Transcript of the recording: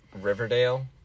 Riverdale